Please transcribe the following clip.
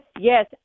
Yes